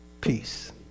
peace